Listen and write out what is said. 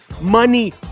money